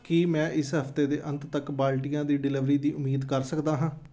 ਕੀ ਮੈਂ ਇਸ ਹਫਤੇ ਦੇ ਅੰਤ ਤੱਕ ਬਾਲਟੀਆਂ ਦੀ ਡਲੀਵਰੀ ਦੀ ਉਮੀਦ ਕਰ ਸਕਦਾ ਹਾਂ